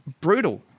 brutal